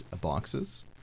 boxes